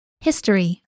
History